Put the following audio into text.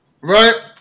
Right